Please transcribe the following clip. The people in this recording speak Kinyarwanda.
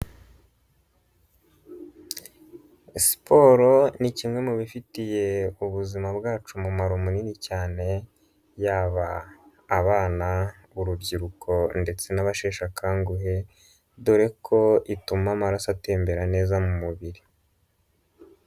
Siporo ni kimwe mu bifitiye ubuzima bwacu umumaro munini cyane, yaba abana urubyiruko ndetse n'abasheshe akanguhe, dore ko ituma amaraso atembera neza mu mubiri.